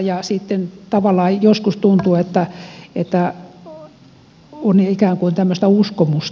joskus tavallaan tuntuu että on ikään kuin tämmöistä uskomusta